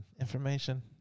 information